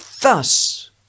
Thus